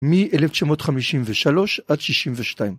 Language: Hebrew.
‫מאלף תשע מאות חמישים ושלוש ‫עד שישים ושתיים.